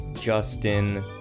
justin